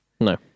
no